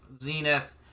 zenith